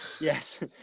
Yes